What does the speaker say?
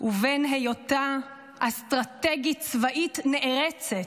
ובין היותה אסטרטגית צבאית נערצת.